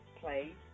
play